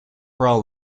pro